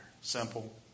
Simple